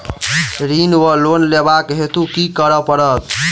ऋण वा लोन लेबाक हेतु की करऽ पड़त?